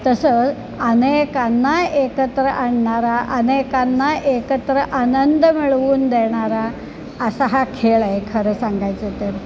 तसंच अनेकांना एकत्र आणणारा अनेकांना एकत्र आनंद मिळवून देणारा असा हा खेळ आहे खरं सांगायचं तर